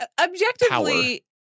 objectively